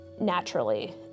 naturally